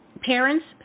parents